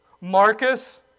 Marcus